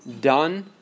done